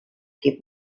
keep